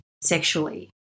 sexually